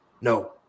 No